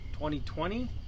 2020